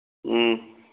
ꯎꯝ